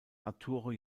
arturo